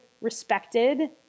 respected